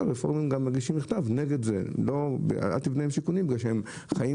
של רפורמים שמגישים מכתב נגד זה: אל תבנה להם שיכונים בגלל שבבית